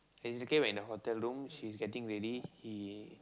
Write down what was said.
basically when in the hotel room she is getting ready he